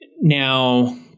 now